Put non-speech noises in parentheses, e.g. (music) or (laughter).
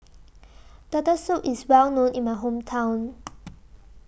Turtle Soup IS Well known in My Hometown (noise)